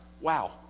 Wow